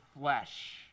flesh